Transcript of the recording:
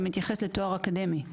זה מתייחס לתואר אקדמי.